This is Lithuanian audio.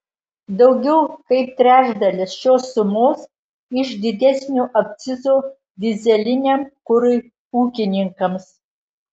daugiau kaip trečdalis šios sumos iš didesnio akcizo dyzeliniam kurui ūkininkams